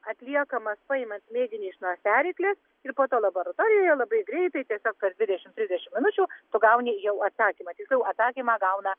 atliekamas paimant mėginį iš nosiaryklės ir po to laboratorijoje labai greitai tiesiog per dvidešim trisdešim minučių tu gauni jau atsakymą tiksliau atsakymą gauna